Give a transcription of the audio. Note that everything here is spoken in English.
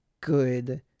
good